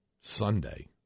Sunday